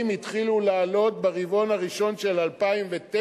התחילו לעלות ברבעון הראשון של 2009,